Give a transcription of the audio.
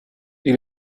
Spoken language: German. die